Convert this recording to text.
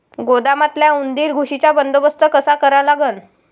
गोदामातल्या उंदीर, घुशीचा बंदोबस्त कसा करा लागन?